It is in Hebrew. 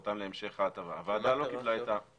אבל לבטל את זכאותם להמשך ההטבה.